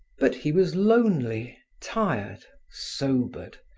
but he was lonely, tired, sobered,